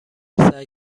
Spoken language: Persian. سعی